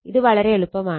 ഇത് വളരെ എളുപ്പമാണ്